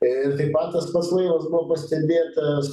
ir taip pat tas pats laivas buvo pastebėtas